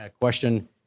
question